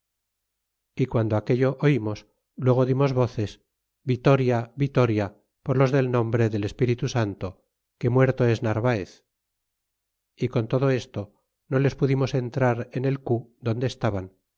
y guando aquello oimos luego dimos voces vitoria vitoria por los del nombre del espíritu santo que muerto es narvaez y con todo esto no les pudimos entrar en el cu donde estaban